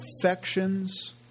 affections